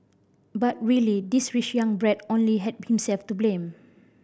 but really this rich young brat only had himself to blame